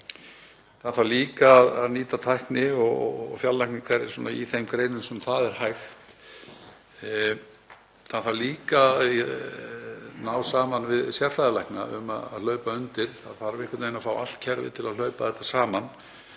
Það þarf líka að nýta tækni og fjarlækningar í þeim greinum sem það er hægt. Einnig þarf að ná saman við sérfræðilækna um að hlaupa undir bagga. Það þarf einhvern veginn að fá allt kerfið til að hlaupa þetta saman.